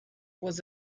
was